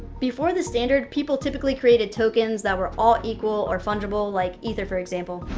before the standard, people typically created tokens that were all equal or fungible, like ether for example.